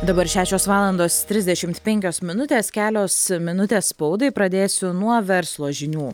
dabar šešios valandos trisdešimt penkios minutės kelios minutės spaudai pradėsiu nuo verslo žinių